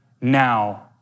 now